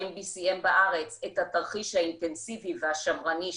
BCM בארץ את התרחיש האינטנסיבי והשמרני,